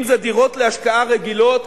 אם זה דירות להשקעה רגילות,